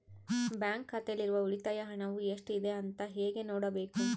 Bank ಖಾತೆಯಲ್ಲಿರುವ ಉಳಿತಾಯ ಹಣವು ಎಷ್ಟುಇದೆ ಅಂತ ಹೇಗೆ ನೋಡಬೇಕು?